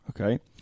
Okay